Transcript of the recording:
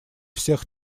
всех